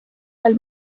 ajal